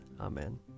Amen